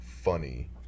funny